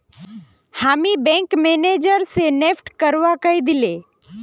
हामी bank manager स NEFT करवा कहइ दिले